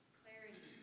clarity